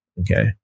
Okay